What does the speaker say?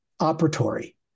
operatory